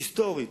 היסטורית,